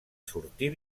sortir